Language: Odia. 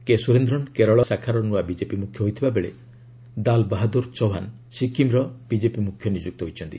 କେ ସୁରେନ୍ଦ୍ରନ୍ କେରଳର ଶାଖାର ନୂଆ ବିଜେପି ମୁଖ୍ୟ ହୋଇଥିବା ବେଳେ ଦାଲ ବାହାଦୂର ଚୌହାନ ସିକ୍କିମର ବିଜେପି ମୁଖ୍ୟ ନିଯୁକ୍ତ ହୋଇଛନ୍ତି